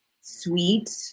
sweet